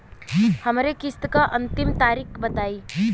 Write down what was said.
हमरे किस्त क अंतिम तारीख बताईं?